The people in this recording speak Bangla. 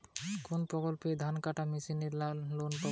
কোন প্রকল্পে ধানকাটা মেশিনের লোন পাব?